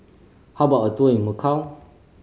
how about a tour in Macau